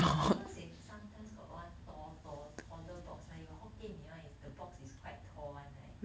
you know they sometimes got one tall tall taller box lah your hokkien mee is the box is quite tall one right